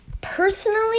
Personally